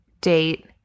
date